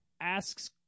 asks